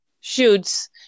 shoots